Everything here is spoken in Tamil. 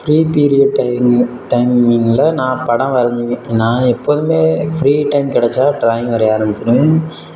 ஃப்ரீ பீரியட் டைமில் டைமிங்கில் நான் படம் வரைஞ்சு நான் எப்போதுமே ஃப்ரீ டைம் கிடச்சா ட்ராயிங் வரைய ஆரமிச்சுவிடுவேன்